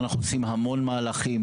אנחנו עושים המון מהלכים